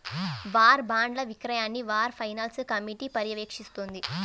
war బాండ్ల విక్రయాన్ని war finance committee పర్యవేక్షిస్తుంది